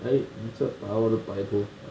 eh 你做么拔我的白头发